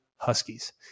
Huskies